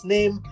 Name